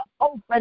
open